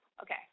Okay